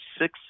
six